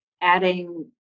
adding